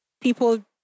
people